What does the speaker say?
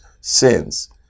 sins